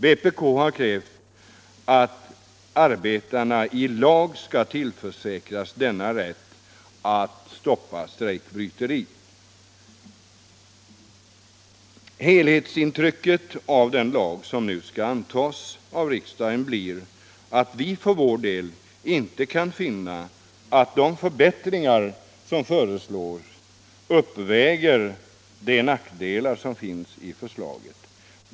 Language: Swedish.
Vpk har krävt att arbetarna i lag skall tillförsäkras rätten att stoppa strejkbryteri. Helhetsintrycket av den lag, vars antagande nu skall avgöras av riksdagen, blir för vår del att vi inte kan finna att de förbättringar som föreslås uppväger de nackdelar som förslaget har.